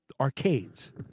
arcades